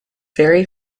very